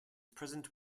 present